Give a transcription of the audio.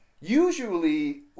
Usually